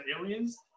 *Aliens*